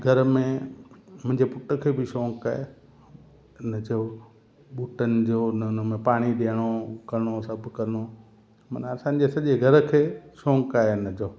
घर में मुंहिंजे पुट खे बि शौक़ु आहे इन जो बूटनि जो न उन में पाणी ॾियणो करिणो सभु करिणो माना असांजे सॼे घर खे शौक़ु आहे इन जो